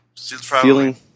feeling